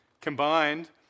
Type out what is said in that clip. combined